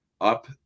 up